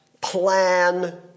Plan